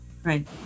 Right